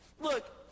Look